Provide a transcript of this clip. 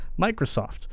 Microsoft